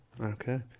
Okay